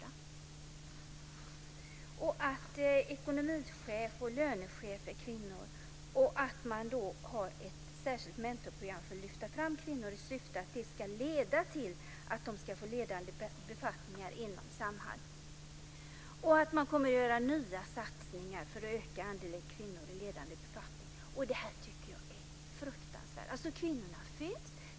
Han sade att ekonomichef och lönechef är kvinnor och att man har ett särskilt mentorprogram för att lyfta fram kvinnor som ska leda till att de kan få ledande befattningar inom Samhall. Man kommer också att göra nya satsningar för att öka andelen kvinnor i ledande befattning. Jag tycker att det här är fruktansvärt. Kvinnorna finns.